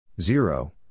Zero